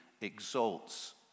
exalts